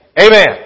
Amen